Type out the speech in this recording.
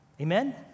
Amen